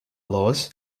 laws